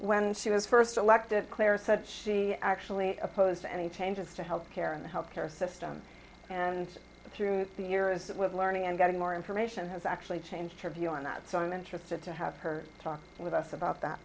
when she was first elected claire said she actually opposed any changes to health care in the health care system and through the year is that with learning and getting more information has actually changed her view on that so i'm interested to have her talk with us about that